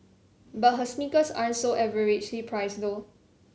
but her sneakers aren't so averagely priced though